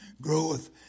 groweth